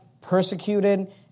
persecuted